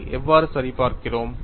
அதை எவ்வாறு சரிபார்க்கிறோம்